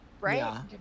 right